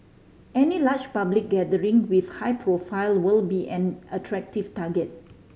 any large public gathering with high profile will be an attractive target